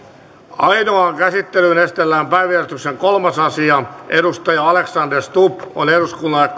ainoaan käsittelyyn esitellään päiväjärjestyksen kolmas asia alexander stubb on eduskunnalle